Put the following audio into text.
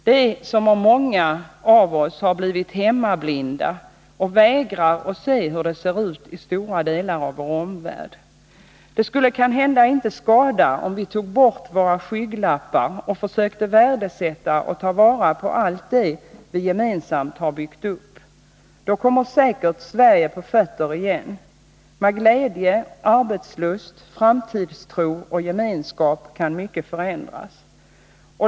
Det är som om många av oss har blivit hemmablinda öch vägrar att se hur det ser ut i stora delar av vår omvärld. Det skulle kanhända inte skada om vi tog bort våra skygglappar och försökte värdesätta och ta vara på allt det som vi gemensamt har byggt upp. Då kommer Sverige säkert på fötter igen. Med glädje, arbetslust, framtidstro och gemenskap kan mycket förändras.